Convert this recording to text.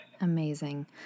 Amazing